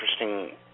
interesting